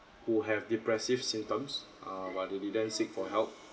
who have depressive symptoms uh but they didn't seek for help